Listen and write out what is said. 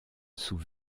sous